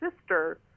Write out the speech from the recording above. sister